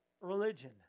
religion